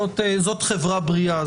זו חברה בריאה,